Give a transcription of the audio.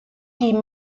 die